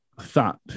thought